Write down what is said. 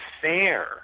fair